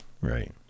right